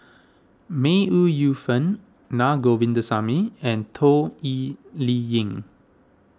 May Ooi Yu Fen Naa Govindasamy and Toh Liying